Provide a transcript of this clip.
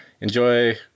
Enjoy